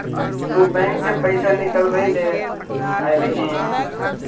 तु बैंक से पइसा निकलबएले अइअहिं